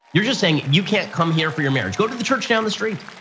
you're just saying, you can't come here for your marriage, go to the church down the street.